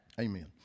Amen